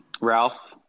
Ralph